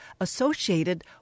associated